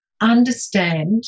Understand